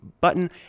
button